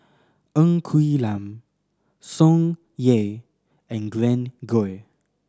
Ng Quee Lam Tsung Yeh and Glen Goei